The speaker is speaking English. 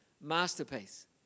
masterpiece